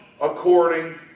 according